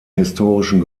historischen